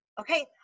Okay